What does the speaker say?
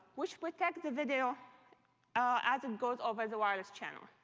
which protects the video as it goes over the wireless channel.